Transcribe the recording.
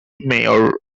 mayor